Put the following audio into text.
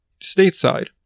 stateside